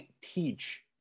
teach